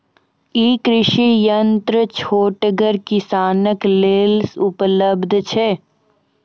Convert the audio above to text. ई कृषि यंत्र छोटगर किसानक लेल उपलव्ध छै?